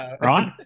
right